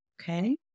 Okay